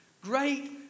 Great